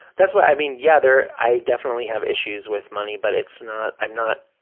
that's why i mean, yeah, there are, i definitely have issues with money, but it's not, i'm not,